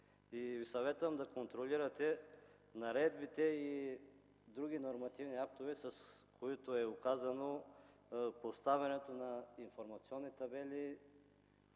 Ви съветвам да контролирате изпълнението на наредбите и на другите нормативни актове, с които е оказано поставянето на информационни табели